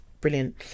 brilliant